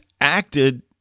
acted